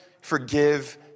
forgive